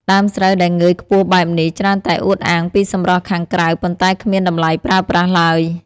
ដើមស្រូវដែលងើយខ្ពស់បែបនេះ ច្រើនតែអួតអាងពីសម្រស់ខាងក្រៅ ប៉ុន្តែគ្មានតម្លៃប្រើប្រាស់ឡើយ។